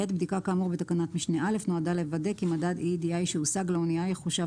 בדיקה כאמור בתקנת משנה (א) נועדה לוודא כי מד EEDI שהושג לאנייה יחושב